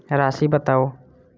राशि बताउ